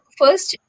first